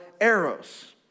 arrows